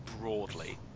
broadly